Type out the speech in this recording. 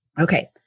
Okay